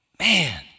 Man